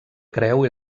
creu